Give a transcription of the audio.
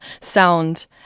sound